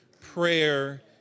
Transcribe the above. Prayer